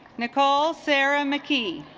nicole sarah mckee